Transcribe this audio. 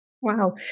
Wow